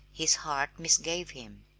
his heart misgave him.